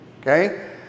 okay